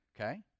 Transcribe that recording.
okay